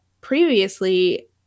previously